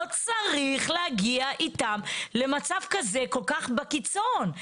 לא צריך להגיע איתם למצב כזה כל כך בקיצון.